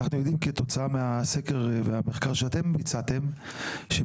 כתוצאה מהסקר והמחקר שאתם ביצעתם אנחנו